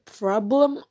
problem